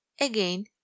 again